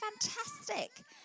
fantastic